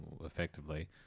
effectively